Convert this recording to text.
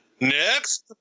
Next